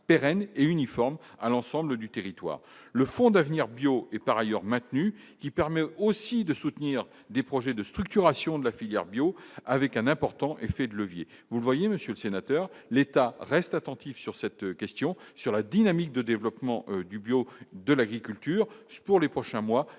pérenne et uniforme à l'ensemble du territoire, le fonds d'avenir bio est par ailleurs maintenue, qui permet aussi de soutenir des projets de structuration de la filière bio avec un important effet de levier, vous voyez, Monsieur le Sénateur, l'État reste attentif sur cette question sur la dynamique de développement du bio, de l'agriculture pour les prochains mois et